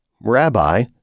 Rabbi